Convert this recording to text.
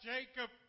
Jacob